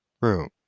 room